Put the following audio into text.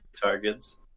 targets